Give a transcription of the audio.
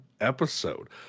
episode